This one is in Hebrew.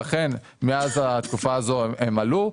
ואכן מאז התקופה הזאת הם עלו.